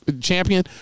champion